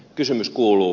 kysymys kuuluu